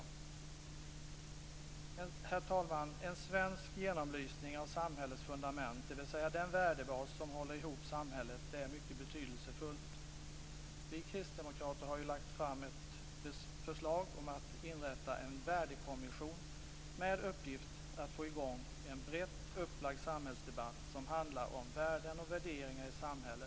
Herr talman! En svensk genomlysning av samhällets fundament, dvs. den värdebas som håller ihop samhället, är mycket betydelsefullt. Vi kristdemokrater har lagt fram ett förslag om att inrätta en värdekommission med uppgift att få i gång en brett upplagd samhällsdebatt som handlar om värden och värderingar i samhället.